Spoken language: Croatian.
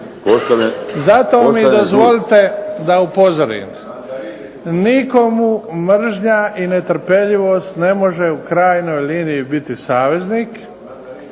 Zato mi dozvolite da upozorim. Nikomu mržnja i netrpeljivost ne može u krajnjoj liniji biti saveznik